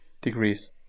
degrees